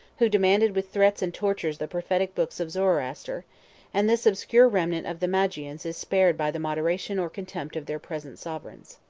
who demanded with threats and tortures the prophetic books of zoroaster and this obscure remnant of the magians is spared by the moderation or contempt of their present sovereigns.